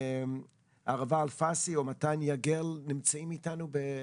ערבה אלפסי או מתן יגל נמצאים איתנו בדיון?